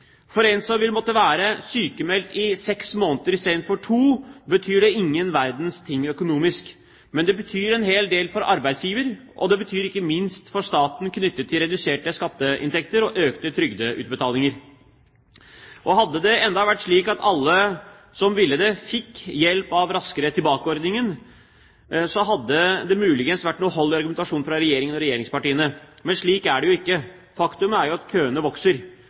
For en som vil måtte være sykmeldt i seks måneder i stedet for to måneder, betyr det ingen verdens ting økonomisk, men det betyr en hel del for arbeidsgiver, og det betyr ikke minst mye for staten knyttet til reduserte skatteinntekter og økte trygdeutbetalinger. Hadde det enda vært slik at alle som ville det, fikk hjelp av Raskere tilbake-ordningen, hadde det muligens vært noe hold i argumentasjonen fra Regjeringen og regjeringspartiene. Men slik er det jo ikke. Faktum er jo at køene vokser,